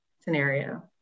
scenario